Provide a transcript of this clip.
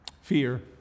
fear